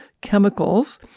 chemicals